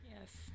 Yes